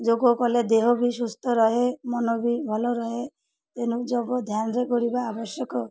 ଯୋଗ କଲେ ଦେହ ବି ସୁସ୍ଥ ରହେ ମନ ବି ଭଲ ରହେ ତେଣୁ ଯୋଗ ଧ୍ୟାନରେ କରିବା ଆବଶ୍ୟକ